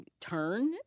turn